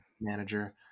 manager